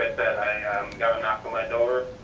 i got a knock on my door,